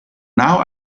now